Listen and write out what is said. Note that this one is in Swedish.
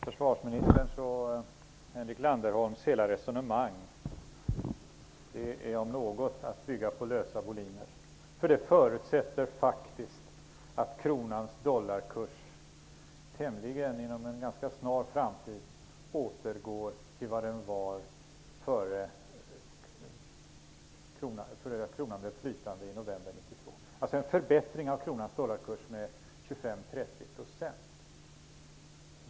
Herr talman! Försvarsministerns och Henrik Landerholms hela resonemang är om något att gå på lösa boliner. Det förutsätter faktiskt att kronans dollarkurs inom en ganska snar framtid återgår till vad den var innnan kronan blev flytande i november 1992, alltså en förbättring av kronans dollarkurs med 25--30 %.